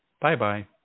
Bye-bye